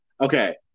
Okay